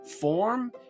form